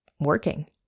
working